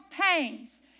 pains